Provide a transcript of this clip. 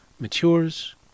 matures